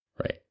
Right